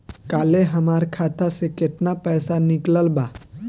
काल्हे हमार खाता से केतना पैसा निकलल बा?